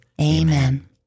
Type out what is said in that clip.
Amen